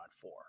four